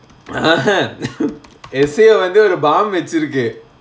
essay ah வந்து ஒரு:vanthu oru bomb வச்சிருக்கு:vachirukku